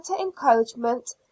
encouragement